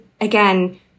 again